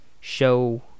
show